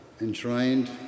enshrined